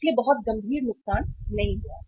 इसलिए बहुत गंभीर नुकसान नहीं हुआ